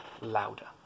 louder